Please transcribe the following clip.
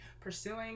pursuing